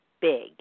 big